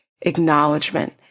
acknowledgement